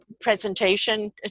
presentation